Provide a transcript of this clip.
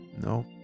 no